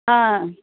ஆ